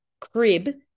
crib